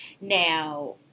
Now